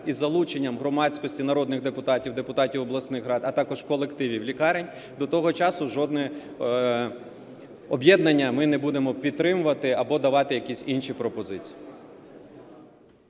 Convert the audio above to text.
із залученням громадськості, народних депутатів, депутатів обласних рад, а також колективів лікарень, до того часу жодне об'єднання ми не будемо підтримувати або давати якісь інші пропозиції.